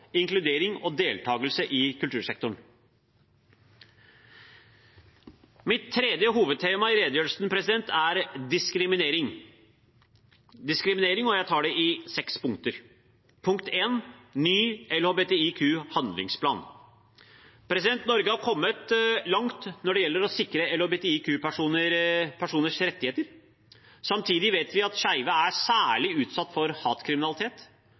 inkludering og deltakelse i kultursektoren. Mitt tredje hovedtema er diskriminering, og jeg tar det i seks punkter. Punkt 1 er ny LHBTIQ-handlingsplan. Norge har kommet langt når det gjelder å sikre LHBTIQ-personers rettigheter. Samtidig vet vi at skeive er særlig utsatt for hatkriminalitet,